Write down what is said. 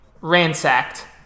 ransacked